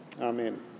Amen